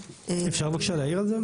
אפשר בבקשה להעיר על זה?